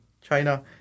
China